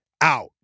out